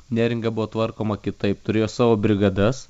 neringa buvo tvarkoma kitaip turėjo savo brigadas